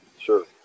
Sure